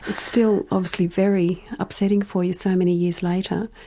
still obviously very upsetting for you so many years later,